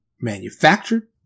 manufactured